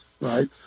right